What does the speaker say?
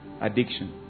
Addiction